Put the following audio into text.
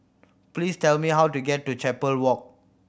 please tell me how to get to Chapel Road